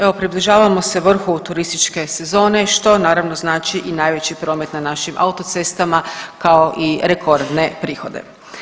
Evo približavamo se vrhu turističke sezone, što naravno znači i najveći promet na našim autocestama, kao i rekordne prihode.